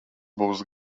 būs